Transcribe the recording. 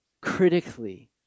critically